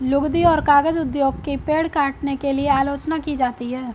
लुगदी और कागज उद्योग की पेड़ काटने के लिए आलोचना की जाती है